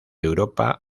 europa